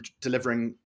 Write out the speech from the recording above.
delivering